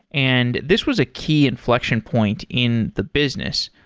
and this was a key inflection point in the business.